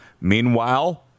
Meanwhile